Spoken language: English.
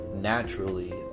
naturally